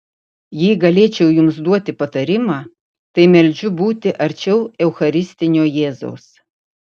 jei galėčiau jums duoti patarimą tai meldžiu būti arčiau eucharistinio jėzaus